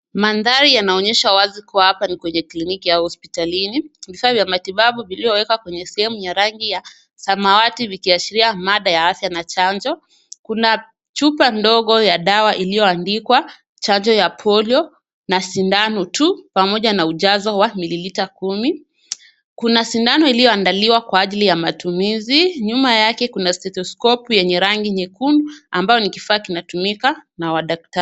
Mandhari yanaonyesha wazi kuwa hapa ni kwenye kliniki au hospitalini. Vifaa vya matibabu vilivyo wekwa kwenye sehemu ya rangi ya samawati vikiashiria mada ya afya na chanjo. Kuna chupo ndogo ya dawa ilioandikwa chanjo ya Polio na sidano tu pamoja na uchazo wa mililita kumi. Kuna sidano ilioandaliwa kwa ajili ya matumizi. Nyuma yake kuna stethoskopu enye rangi nyekundu ambao ni kifaa kinatumika na wadaktari.